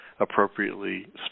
appropriately